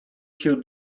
się